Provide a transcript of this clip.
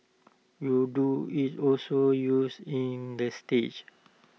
Urdu is also used in the states